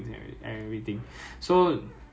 ya but for cadet training 是 Germany